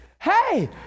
hey